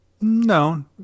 No